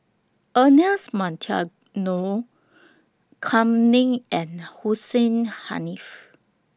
Ernest Kam Ning and Hussein Haniff